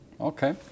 Okay